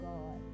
God